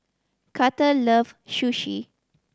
Karter love Sushi